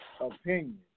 opinion